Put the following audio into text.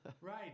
Right